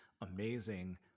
amazing